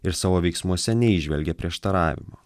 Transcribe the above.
ir savo veiksmuose neįžvelgė prieštaravimo